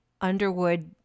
Underwood